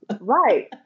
Right